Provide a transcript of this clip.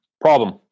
Problem